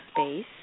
space